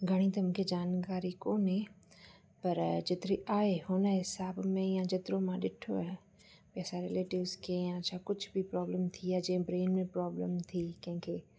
घणी त मूंखे जानकारी कोन्हे पर जेतिरी आहे हुन हिसाब में या जेतिरो मां ॾिठो आहे भई असां रिलेटिव्स खे या छा कुझ बि प्रॉब्लम थी आहे जीअं ब्रेन में प्रॉब्लम थी कंहिंखे